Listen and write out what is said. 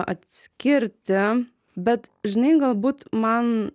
atskirti bet žinai galbūt man